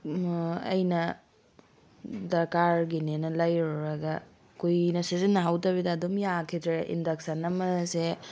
ꯑꯩꯅ ꯗꯔꯀꯥꯔꯒꯤꯅꯦꯅ ꯂꯩꯔꯨꯔꯒ ꯀꯨꯏꯅ ꯁꯤꯖꯤꯟꯅꯍꯧꯗꯕꯤꯗ ꯑꯗꯨꯝ ꯌꯥꯈꯤꯗ꯭ꯔꯦ ꯏꯟꯗꯛꯁꯟ ꯑꯃꯁꯦ